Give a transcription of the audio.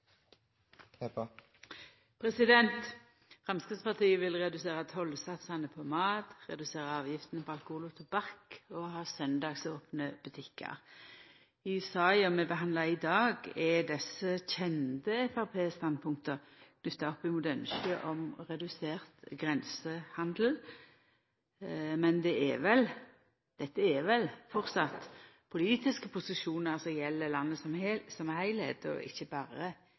til. Framstegspartiet vil redusera tollsatsane på mat, redusera avgiftene på alkohol og tobakk og ha søndagsopne butikkar. I saka vi behandlar i dag, er dette kjende Framstegsparti-standpunkt knytte til ynsket om redusert grensehandel. Men det er vel framleis politiske posisjonar frå Framstegspartiet si side som gjeld heile landet, og ikkje berre